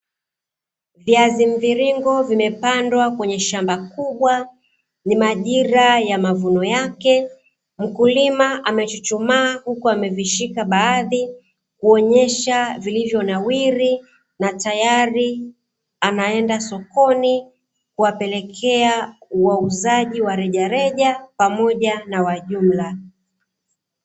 Viazi mviringo vimepandwa kwenye shamba kubwa ni majira ya mavuno yake mkulima amechuchumaa huku amevishika baadhi kuonyesha vilivyonawiri na tayari anaenda sokoni kuwapelekea wauzaji wa rejareja pamoja na wa jumla.